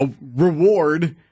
reward